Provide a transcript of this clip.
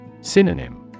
Synonym